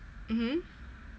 mmhmm